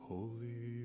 Holy